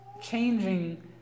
changing